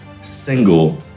single